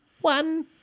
one